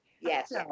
Yes